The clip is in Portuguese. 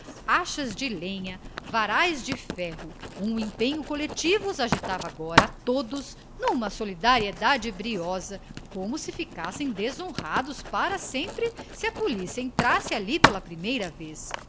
achas de lenha varais de ferro um empenho coletivo os agitava agora a todos numa solidariedade briosa como se ficassem desonrados para sempre se a polícia entrasse ali pela primeira vez